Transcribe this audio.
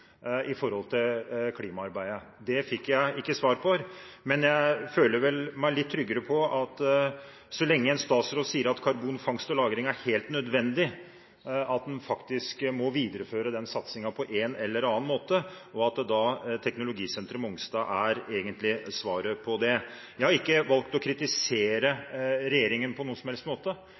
til grunn for klimaarbeidet. Det fikk jeg ikke svar på, men jeg føler meg vel litt tryggere på at så lenge en statsråd sier at karbonfangst og -lagring er helt nødvendig, at en faktisk må videreføre denne satsingen på en eller annen måte, er teknologisenteret på Mongstad egentlig svaret på det. Jeg har ikke på noen som helst måte valgt å kritisere regjeringen;